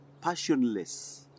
passionless